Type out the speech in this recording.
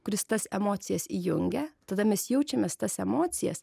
kuris tas emocijas įjungia tada mes jaučiam mes tas emocijas